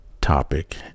topic